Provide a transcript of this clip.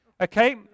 Okay